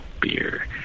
beer